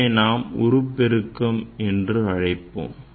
இதனை நாம் உருப்பெருக்கம் என்று அழைப்போம்